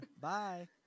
Bye